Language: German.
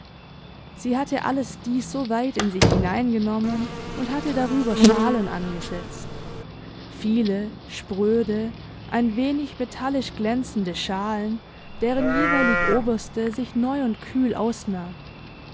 sie hatte alles dies so weit in sich hineingenommen und hatte darüber schalen angesetzt viele spröde ein wenig metallisch glänzende schalen deren jeweilig oberste sich neu und kühl ausnahm